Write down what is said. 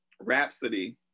Rhapsody